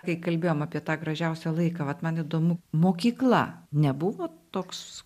kai kalbėjom apie tą gražiausią laiką vat man įdomu mokykla nebuvo toks